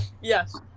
Yes